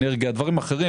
אנרגיה ודברים אחרים,